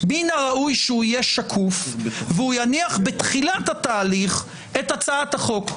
מן הראוי שהוא יהיה שקוף והוא יניח בתחילת התהליך את הצעת החוק.